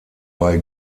bei